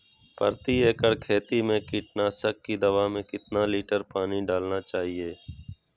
प्रति एकड़ खेती में कीटनाशक की दवा में कितना लीटर पानी डालना चाइए?